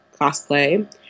cosplay